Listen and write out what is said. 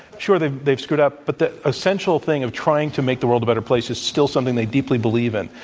sure they've they've screwed up. but the essential thing of trying to make the world a better place is still something they deeply believe in,